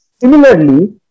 Similarly